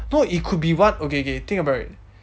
no it could be one okay okay think about it